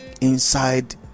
inside